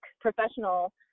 professional